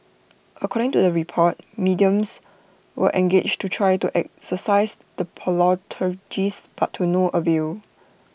according to the report mediums were engaged to try to exorcise the poltergeists but to no avail